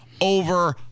over